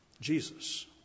Jesus